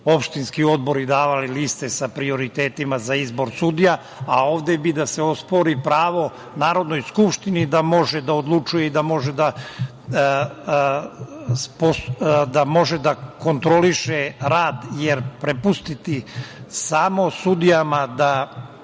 opštinski odbori davali liste sa prioritetima za izbor sudija, a ovde bi da se ospori pravo Narodnoj skupštini da može da odlučuje i da može da kontroliše rad, jer prepustiti samo sudijama da